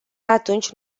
atunci